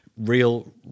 Real